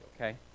okay